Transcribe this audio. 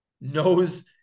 knows